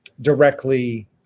directly